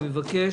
אני פונה